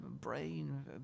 brain